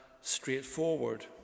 straightforward